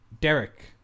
derek